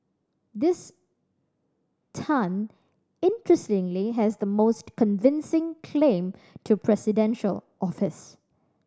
this Tan interestingly has the most convincing claim to presidential office